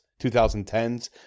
2010s